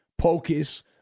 Pocus